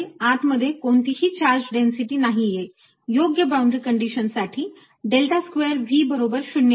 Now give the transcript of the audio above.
आत मध्ये कोणतीही चार्ज डेन्सिटी नाहीये योग्य बाउंड्री कंडीशन साठी डेल्टा स्क्वेअर V बरोबर 0 आहे